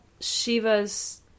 Shiva's